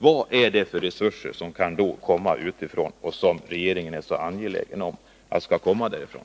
— Vad är det för resurser som kan komma utifrån och som regeringen är så angelägen skall komma därifrån?